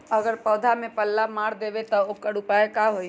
अगर पौधा में पल्ला मार देबे त औकर उपाय का होई?